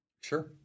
Sure